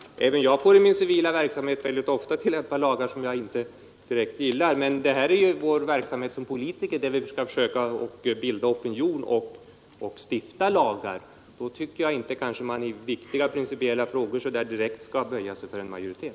Herr talman! Även jag får i min civila verksamhet mycket ofta tillämpa lagar som jag inte direkt gillar. Men här gäller det vår verksamhet som politiker, då vi skall försöka bilda opinion och stifta lagar. Jag tycker därför att man i viktiga principiella frågor inte skall direkt böja sig för en majoritet.